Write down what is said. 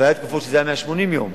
ופעמים שזה היה 180 יום.